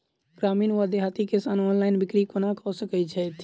ग्रामीण वा देहाती किसान ऑनलाइन बिक्री कोना कऽ सकै छैथि?